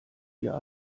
wir